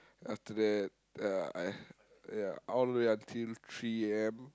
after that uh I ya all the way until three A_M